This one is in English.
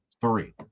three